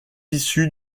issu